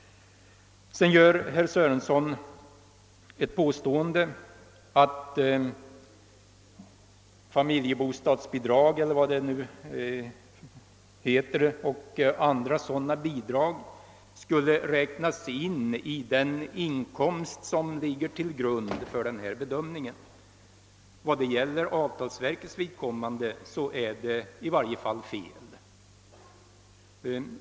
Sedan påstår herr Sörenson att familjebostadsbidrag och andra sådana bidrag skulle räknas in i den inkomst som ligger till grund för ifrågavarande bedömning. För avtalsverkets vidkommande är detta i varje fall fel.